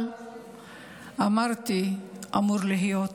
אבל אמרתי: אמור להיות.